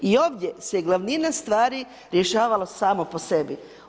I ovdje se glavnina stvari rješavalo samo po sebi.